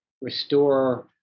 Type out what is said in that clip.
restore